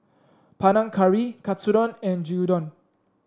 Panang Curry Katsudon and Gyudon